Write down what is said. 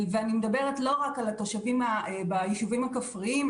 אני מדברת לא רק על התושבים ביישובים הכפריים,